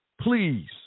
Please